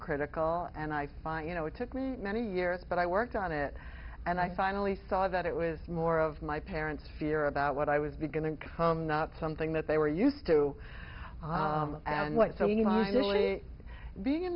critical and i find you know it took me many years but i worked on it and i finally saw that it was more of my parents fear about what i was beginning to come not something that they were used to and what